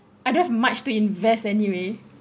I don't have much to invest anyway